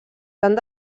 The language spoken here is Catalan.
tant